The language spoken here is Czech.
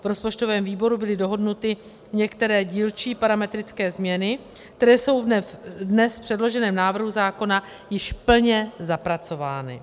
V rozpočtovém výboru byly dohodnuty některé dílčí parametrické změny, které jsou dnes v předloženém návrhu zákona již plně zapracovány.